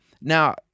Now